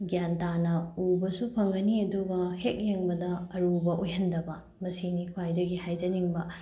ꯒ꯭ꯌꯥꯟ ꯇꯥꯅ ꯎꯕꯁꯨ ꯐꯪꯒꯅꯤ ꯑꯗꯨꯒ ꯍꯦꯛ ꯌꯦꯡꯕꯗ ꯑꯔꯨꯕ ꯑꯣꯏꯍꯟꯗꯕ ꯃꯁꯤꯅꯤ ꯈ꯭ꯋꯥꯏꯗꯒꯤ ꯍꯥꯏꯖꯅꯤꯡꯕ